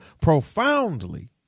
profoundly